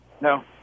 No